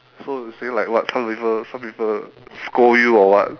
so you say like what some people some people scold you or what